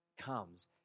comes